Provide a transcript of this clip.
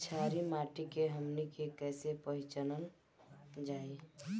छारी माटी के हमनी के कैसे पहिचनल जाइ?